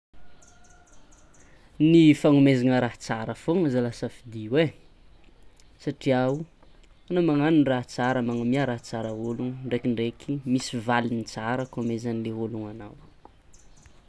Ny fanomezana raha tsara fôgno zala safidio e, satria o ana magnano raha tsara magnome raha tsara ologno ndrekindreky misy valigny tsara koa mezanle ologno anao.